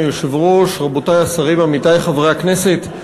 רבותי השרים, עמיתי חברי הכנסת,